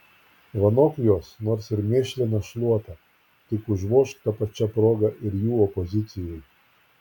vanok juos nors ir mėšlina šluota tik užvožk ta pačia proga ir jų opozicijai